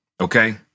okay